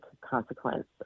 consequence